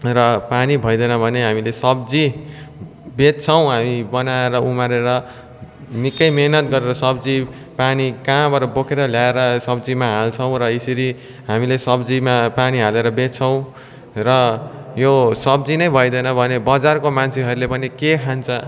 र पानी भइदिएन भने हामीले सब्जी बेच्छौँ हामी बनाएर उमारेर निक्कै मेहनत गरेर सब्जी पानी कहाँबाट बोकेर ल्याएर सब्जीमा हाल्छौँ र यसरी हामीले सब्जीमा पानी हालेर बेच्छौँ र यो सब्जी नै भइदिएन भने बजारको मान्छेहरूले पनि के खान्छ